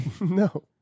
No